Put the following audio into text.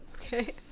Okay